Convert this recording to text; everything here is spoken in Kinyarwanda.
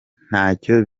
ntacyo